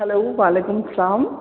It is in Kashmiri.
ہٮ۪لو وعلیکُم السلام